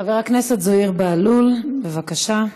חבר הכנסת זוהיר בהלול, בבקשה.